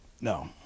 no